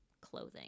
clothing